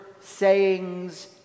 sayings